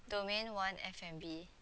domain one F&B